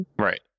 Right